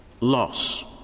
Loss